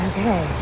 Okay